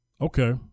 Okay